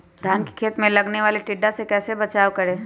धान के खेत मे लगने वाले टिड्डा से कैसे बचाओ करें?